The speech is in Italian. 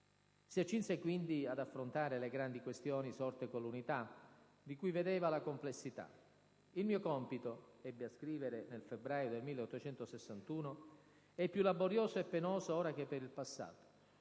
Si accinse quindi ad affrontare le grandi questioni sorte con l'Unità, di cui vedeva la complessità: «Il mio compito» - ebbe a scrivere nel febbraio 1861 - «è più laborioso e penoso ora che per il passato.